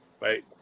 right